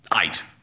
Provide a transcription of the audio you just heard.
Eight